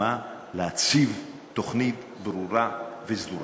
כדי להציב תוכנית ברורה וסדורה.